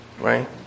right